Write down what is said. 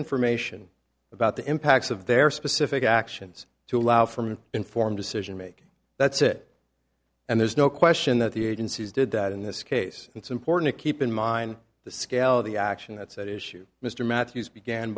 information about the impacts of their specific actions to allow from an informed decision making that's it and there's no question that the agencies did that in this case it's important to keep in mind the scale of the action that's at issue mr matthews began